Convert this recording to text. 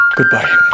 Goodbye